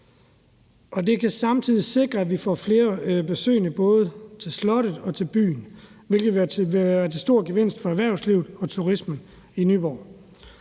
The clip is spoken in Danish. Det kan samtidig sikre, at vi får flere besøgende både til slottet og til byen, hvilket vil være en stor gevinst for erhvervslivet og turismen i Nyborg.